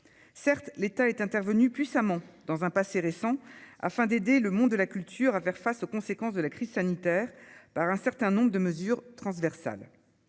certes l'État est intervenu puissamment dans un passé récent, afin d'aider le monde de la culture, à faire face aux conséquences de la crise sanitaire par un certain nombre de mesures transversales,